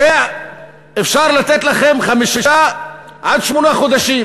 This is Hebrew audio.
הרי אפשר לתת לכם חמישה עד שמונה חודשים